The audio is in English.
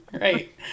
Right